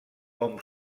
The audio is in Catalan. hom